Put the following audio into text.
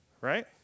Right